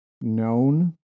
known